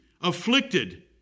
afflicted